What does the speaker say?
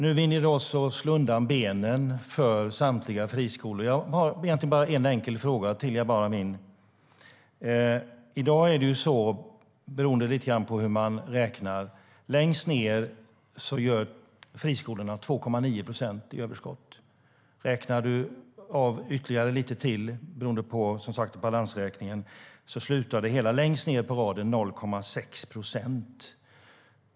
Nu vill ni slå undan benen för samtliga friskolor. Jag har en enkel fråga till Jabar Amin. Beroende på hur man räknar finner man i dag att längst ned i redovisningen gör friskolorna 2,9 procent i överskott. Om man räknar av lite till beroende på hur balansräkningen ser ut slutar det hela längst ned på raden med 0,6 procent.